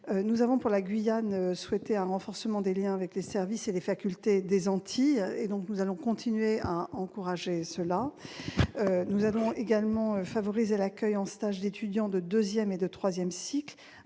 nous avons souhaité un renforcement des liens avec les services et les facultés des Antilles et nous allons poursuivre nos encouragements en ce sens. Nous allons également favoriser l'accueil en stage d'étudiants de deuxième et de troisième cycle,